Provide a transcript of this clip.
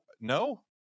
no